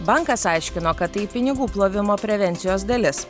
bankas aiškino kad tai pinigų plovimo prevencijos dalis